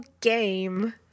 game